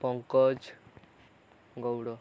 Pankaj Gaud